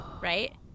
Right